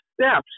steps